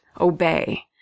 Obey